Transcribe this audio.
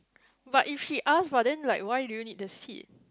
but if he asks but then like why do you need the seat